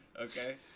okay